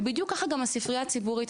ובדיוק ככה גם הספרייה הציבורית.